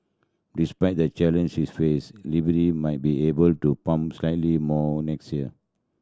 despite the challenge it face Libya might be able to pump slightly more next year